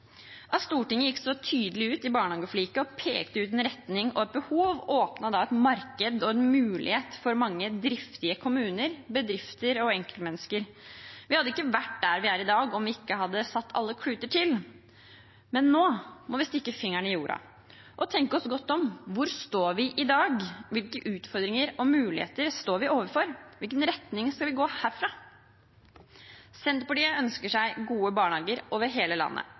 At Stortinget gikk så tydelig ut i barnehageforliket og pekte ut en retning og et behov, åpnet et marked og en mulighet for mange driftige kommuner, bedrifter og enkeltmennesker. Vi hadde ikke vært der vi er i dag om vi ikke hadde satt alle kluter til. Men nå må vi stikke fingeren i jorda og tenke oss godt om. Hvor står vi i dag? Hvilke utfordringer og muligheter står vi overfor? Hvilken retning skal vi gå herfra? Senterpartiet ønsker seg gode barnehager over hele landet.